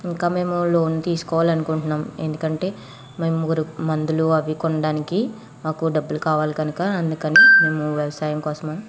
ఇంకా మేమ్ లోన్ తీసుకోవాలనుకుంటున్నాం ఎందుకంటే మేము మందులు అవి కొనడానికి మాకు డబ్బులు కావాలి కనుక అందుకని మేము వ్యవసాయం కోసం